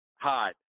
hide